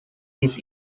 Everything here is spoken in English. this